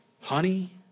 honey